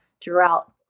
throughout